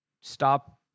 Stop